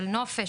של נופש,